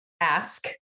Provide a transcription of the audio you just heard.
ask